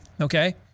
Okay